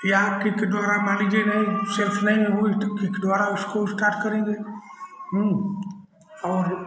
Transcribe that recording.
या किक द्वारा मान लीजिए नहीं सेल्फ नहीं हुई तो किक द्वारा उसको स्टार्ट करेंगे और